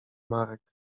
marek